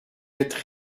être